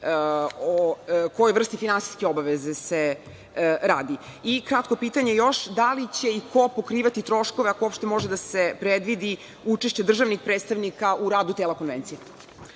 o kojoj vrsti finansijske obaveze se radi. Kratko pitanje još – da li će i ko pokrivati troškove, ako uopšte može da se predvidi učešće državnih predstavnika u radu te konvencije? Što